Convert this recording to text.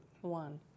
One